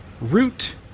root